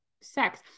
sex